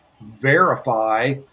verify